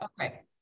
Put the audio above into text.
okay